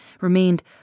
remained